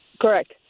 Correct